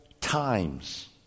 times